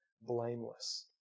blameless